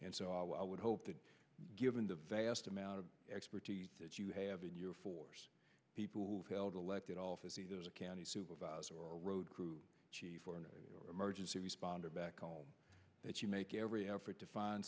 and so i would hope that given the vast amount of expertise that you have in your force people who've held elected office he's a county supervisor or road crew chief or an emergency responder back home that you make every effort to